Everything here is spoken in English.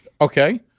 Okay